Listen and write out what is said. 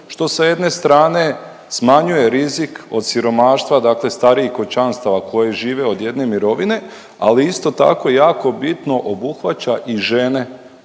što sa jedne strane smanjuje rizik od siromaštva dakle starijih kućanstava koji žive od jedne mirovine ali isto tako je jako bitno obuhvaća i žene